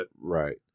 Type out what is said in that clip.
Right